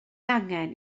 angen